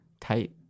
Tight